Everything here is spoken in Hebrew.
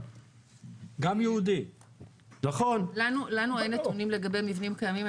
לנו אין נתונים לגבי מבנים קיימים,